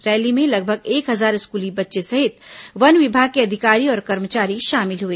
rally में लगभग एक हजार स्कूली बच्चे सहित वन विभाग के अधिकारी और कर्मचारी शामिल हुए